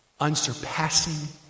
unsurpassing